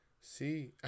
See